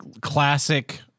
classic